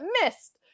Missed